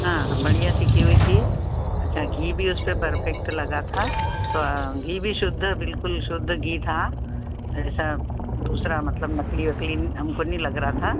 हाँ हाँ बढ़िया सिकी हुई थी अच्छा घी भी उस पर परफेक्ट लगा था घी भी शुद्ध बिल्कुल शुद्ध घी था ऐसा दूसरा मतलब नकली ओकली हमको नहीं लग रहा था